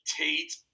Tate